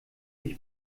ich